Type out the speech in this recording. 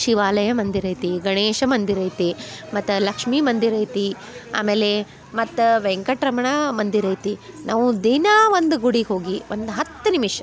ಶಿವಾಲಯ ಮಂದಿರ ಐತಿ ಗಣೇಶ ಮಂದಿರ ಐತಿ ಮತ್ತು ಲಕ್ಷ್ಮೀ ಮಂದಿರ ಐತಿ ಆಮೇಲೆ ಮತ್ತು ವೆಂಕಟರಮಣ ಮಂದಿರ ಐತಿ ನಾವು ದಿನಾ ಒಂದು ಗುಡಿಗೆ ಹೋಗಿ ಒಂದು ಹತ್ತು ನಿಮಿಷ